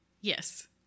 Yes